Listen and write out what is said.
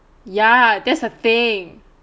ya that's the thing